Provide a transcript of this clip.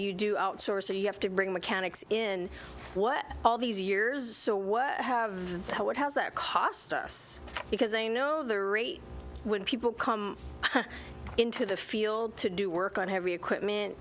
you do outsource and you have to bring mechanics in what all these years so what have what has that cost us because they know their rate when people come into the field to do work on heavy equipment